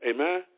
Amen